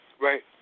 Right